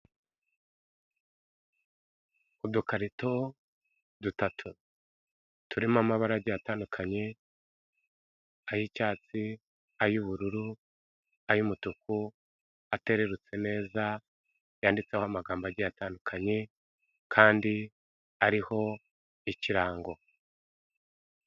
Udukarito dutatu turimo amabara agiye atandukanye ay'icyatsi, ay'ubururu, ay'umutuku atererutse neza yanditseho amagambo agiye atandukanye kandi ariho ikirango.